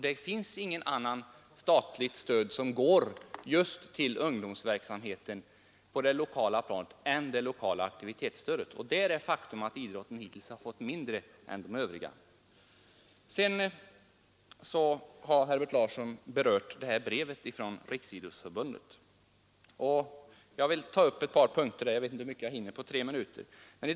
Det finns inget annat statligt stöd som går till den lokala ungdomsverksamheten än det lokala aktivitetsstödet, och faktum är att idrotten hittills har fått mindre än övriga organisationer. Eftersom Herbert Larsson i Vänersborg sedan berörde det aktuella brevet från Riksidrottsförbundet vill jag ta upp ett par punkter i det sammanhanget. Jag vet inte hur mycket jag hinner med på resten av mina tre minuter.